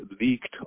leaked